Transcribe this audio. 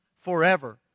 forever